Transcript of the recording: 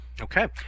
okay